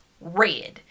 Red